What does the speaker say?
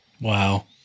Wow